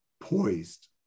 poised